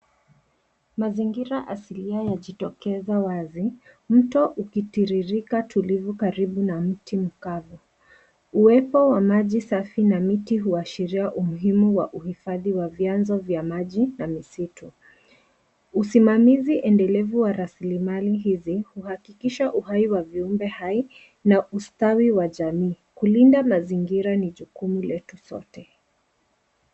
Mazingira asilia yajitokeza wazi, mto ukitiririka tulivu karibu na mti mkavu. Uwepo wa maji safi na miti huashiria umuhimu wa uhifadhi wa vyanzo vya maji na misitu. Usimamizi endelevu wa rasilimali hizi, uhakikisha uhai wa viumbe hai na ustawi wa jamii. Kulinda mazingira ni jukumu letu sote.